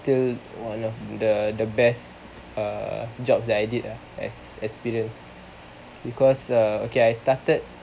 still retail the the best uh job that I did lah as experience because okay I started